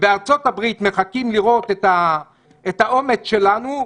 ובארצות הברית מחכים לראות את האומץ שלנו.